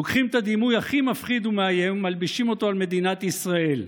לוקחים את הדימוי הכי מפחיד ומאיים ומלבישים אותו על מדינת ישראל,